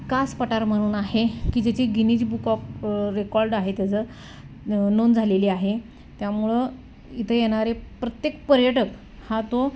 कास पठार म्हणून आहे की ज्याची गिनीज बुक ऑफ रेकॉर्ड आहे त्याचं न नोंद झालेली आहे त्यामुळं इथं येणारे प्रत्येक पर्यटक हा तो